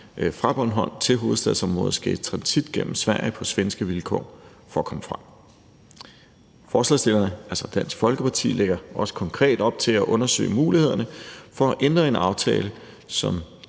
fra Bornholm til hovedstadsområdet skal i transit gennem Sverige på svenske vilkår for at komme frem. Forslagsstillerne, altså Dansk Folkeparti, lægger også konkret op til at undersøge mulighederne for at ændre i en aftale, som